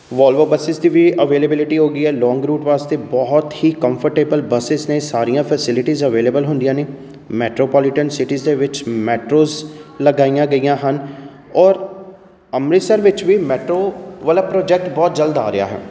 Volvo buses 'ਚ ਵੀ availability ਹੋ ਗਈ ਹੈ ਲੋਂਗ ਰੂਟ ਵਾਸਤੇ ਬਹੁਤ ਹੀ ਕੰਫਰਟੇਬਲ ਬੱਸਿਜ਼ ਨੇ ਸਾਰੀਆਂ ਫੈਸਿਲਿਟੀਜ਼ ਅਵੇਲੇਬਲ ਹੁੰਦੀਆਂ ਨੇ ਮੈਟਰੋਪੋਲੀਟਨ ਸਿਟੀ ਦੇ ਵਿੱਚ ਮੈਟਰੋਜ ਲਗਾਈਆਂ ਗਈਆਂ ਹਨ ਔਰ ਅੰਮ੍ਰਿਤਸਰ ਵਿੱਚ ਵੀ ਮੈਟਰੋ ਵਾਲਾ ਪ੍ਰੋਜੈਕਟ ਬਹੁਤ ਜਲਦ ਆ ਰਿਹਾ ਹੈ